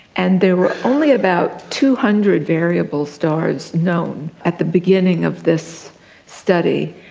and there were only about two hundred variable stars known at the beginning of this study.